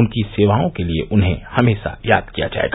उनकी सेवाओं के लिये उन्हें हमेशा याद किया जायेगा